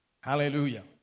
Hallelujah